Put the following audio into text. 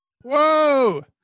Whoa